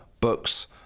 books